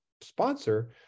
sponsor